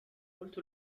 قلت